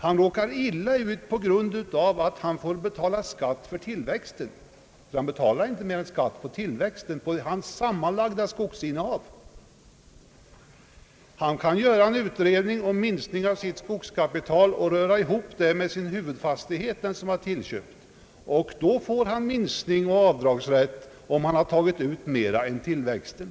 Han råkar illa ut på grund av att han får betala skatt för tillväxten, men han betalar inte skatt på mer än tillväxten hos sitt sammanlagda skogsinnehav. Han kan göra en utredning om minskning av sitt skogskapital och lägga ihop den tillköpta fastigheten med huvudfastigheten, och då får han minskning och avdragsrätt, om han har tagit ut mer än tillväxten.